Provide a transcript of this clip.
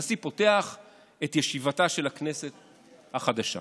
הנשיא פותח את ישיבתה של הכנסת החדשה.